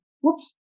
whoops